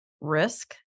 risk